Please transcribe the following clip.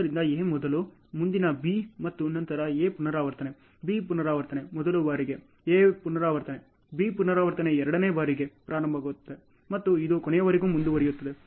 ಆದ್ದರಿಂದ A ಮೊದಲು ಮುಂದಿನ B ಮತ್ತು ನಂತರ A ಪುನರಾವರ್ತನೆ B ಪುನರಾವರ್ತನೆ ಮೊದಲ ಬಾರಿಗೆ A ಪುನರಾವರ್ತನೆ B ಪುನರಾವರ್ತನೆ ಎರಡನೇ ಬಾರಿಗೆ ಪ್ರಾರಂಭವಾಗುತ್ತಿದೆ ಮತ್ತು ಇದು ಕೊನೆಯವರೆಗೂ ಮುಂದುವರೆಯುತ್ತದೆ